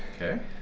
Okay